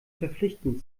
verpflichtend